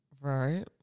Right